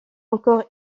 encore